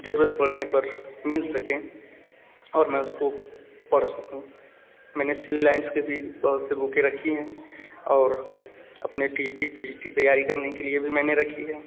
जरूरत पड़ने पे मिल सकें और मैं उसको पढ़ सकूँ मैंने सिविल लाइंस के भी बहुत से बुकें रखी हैं और अपने T G T P G T तैयारी करने के लिए भी मैंने रखी है